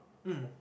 mm